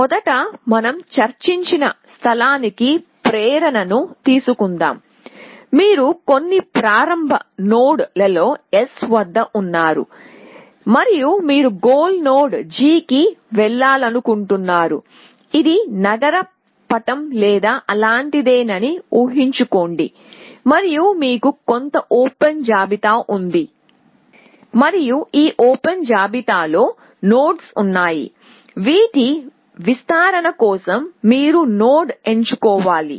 మొదట మనం చర్చించిన స్థలానికి ప్రేరణను తీసుకుందాం మీరు కొన్ని ప్రారంభ నోడ్ లలో S వద్ద ఉన్నారు మరియు మీరు గోల్ నోడ్ g కి వెళ్లాలను కుంటున్నారు ఇది నగర పటం లేదా అలాంటిదేనని ఊహించుకొండి మరియు మీకు కొంత ఓపెన్ జాబితా ఉంది మరియు ఈ ఓపెన్ జాబితాలో నోడ్స్ ఉన్నాయి వీటి విస్తరణ కోసం మీరు నోడ్ ఎంచుకోవాలి